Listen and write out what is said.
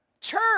Church